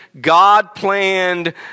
God-planned